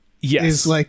Yes